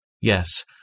yes